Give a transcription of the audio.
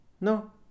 No